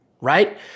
right